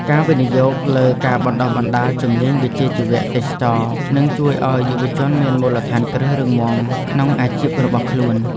ការវិនិយោគលើការបណ្តុះបណ្តាលជំនាញវិជ្ជាជីវៈទេសចរណ៍នឹងជួយឱ្យយុវជនមានមូលដ្ឋានគ្រឹះរឹងមាំក្នុងអាជីពរបស់ខ្លួន។